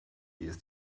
ist